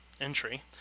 entry